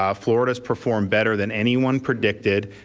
um florida has performed better than anyone predicted.